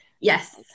Yes